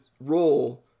role